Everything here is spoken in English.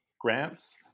grants